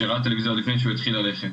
ראה טלוויזיה עוד לפני שהוא התחיל ללכת.